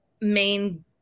main